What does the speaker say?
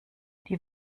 die